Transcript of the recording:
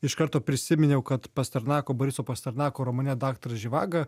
iš karto prisiminiau kad pasternako boriso pasternako romane daktaras živaga